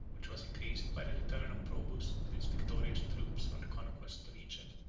which was increased by the return of probus with his victorious troops from the conquest of egypt.